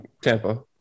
Tampa